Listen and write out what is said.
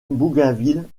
bougainville